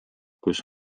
kus